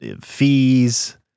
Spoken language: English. fees